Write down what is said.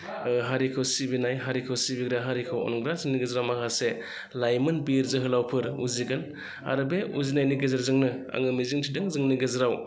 हारिखौ सिबिनाय हारिखौ सिबिग्रा हारिखौ अनग्रा जोंनि गेजेराव माखासे लाइमोन बिर जोहोलावफोर उजिगोन आरो बे उजिनायनि गेजेरजोंनो आङो मिजिंथिदों जोंनि गेजेराव